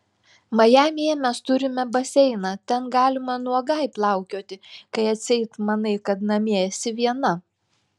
majamyje mes turime baseiną ten galima nuogai plaukioti kai atseit manai kad namie esi viena